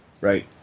Right